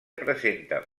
presenta